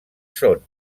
són